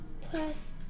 Plus